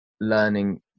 learning